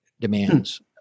demands